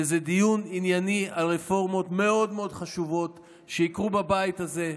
וזה דיון ענייני על רפורמות מאוד מאוד חשובות שיקרו בבית הזה,